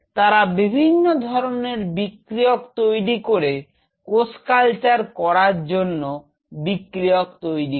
তারা বিভিন্ন ধরনের বিক্রিয়ক তৈরি করে কোষ কালচার করার জন্য বিক্রিয়ক তৈরি করে